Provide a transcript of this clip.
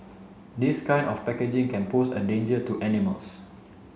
this kind of packaging can pose a danger to animals